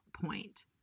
point